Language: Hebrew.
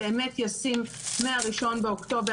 פתרון ישים מה-1 באוקטובר.